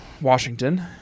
Washington